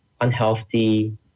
unhealthy